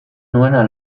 nuena